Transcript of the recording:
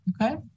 Okay